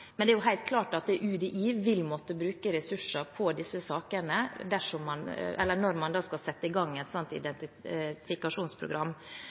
Men det er jo helt klart at UDI vil måtte bruke ressurser på disse sakene når man skal sette i gang et sånt